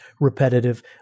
repetitive